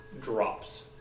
Drops